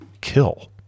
Kill